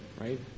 right